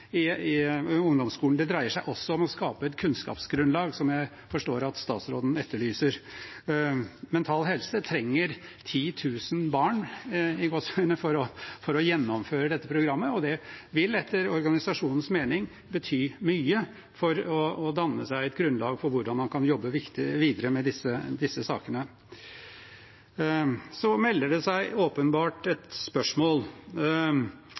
ungdomsskolen – det dreier seg også om å skape et kunnskapsgrunnlag, som jeg forstår at statsråden etterlyser. Mental Helse trenger 10 000 barn, i anførselstegn, for å gjennomføre dette programmet. Det vil etter organisasjonens mening bety mye for å danne et grunnlag for hvordan man kan jobbe videre med disse sakene. Jeg legger merke til at folkehelse og mental livsmestring er en vesentlig del av den nye læreplanen. Det